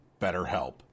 BetterHelp